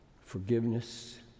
forgiveness